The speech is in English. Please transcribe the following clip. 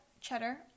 cheddar